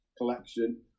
collection